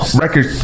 record